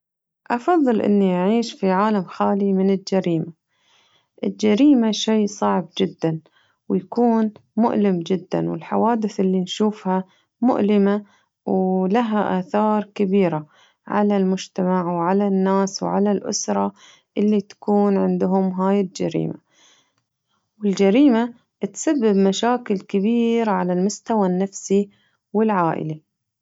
أفضل أني أعيش في عالم خالي من الجريمة الجريمة شي صعب جداً ويكون مؤلم جداًوالحوادث اللي نشوفها مؤلمة ولها آثار كبيرة على المجتمع وعلى الناس وعلى الأسرة اللي تكون عندهم هاي الجريمة والجريمة تسبب مشاكل كبيرة على المستوى النفسي والعائلي.